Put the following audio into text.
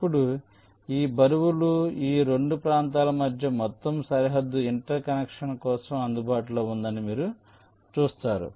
ఇప్పుడు ఈ బరువులు ఈ 2 ప్రాంతాల మధ్య మొత్తం సరిహద్దు ఇంటర్ కనెక్షన్ కోసం అందుబాటులో ఉందని మీరు చూస్తారు